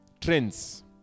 Trends